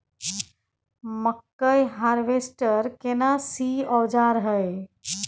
मकई हारवेस्टर केना सी औजार हय?